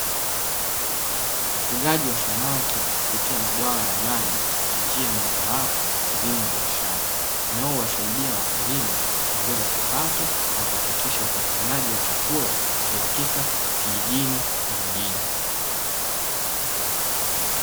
Ufugaji wa samaki kupitia mabwawa ya maji ni njia mojawapo ya kilimo biashara, inayowasaidia wakulima kuongeza kipato na kuhakikisha upatikanaji wa chakula cha uhakika kijijini na mjini.